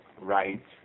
right